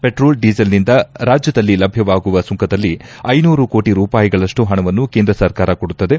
ಪೆಟ್ರೋಲ್ಡೀಸೆಲ್ನಿಂದ ರಾಜ್ಯದಲ್ಲಿ ಲಭ್ಯವಾಗುವ ಸುಂಕದಲ್ಲಿ ಐನೂರು ಕೋಟಿ ರೂಪಾಯಿಗಳಷ್ಟು ಹಣವನ್ನು ಕೇಂದ್ರ ಸರ್ಕಾರ ಕೊಡುತ್ತದೆ